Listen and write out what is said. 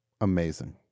Amazing